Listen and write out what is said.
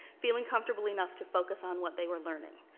feeling comfortable enough to focus on what they were learning.